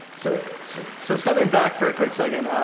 so so stepping back for a quick second,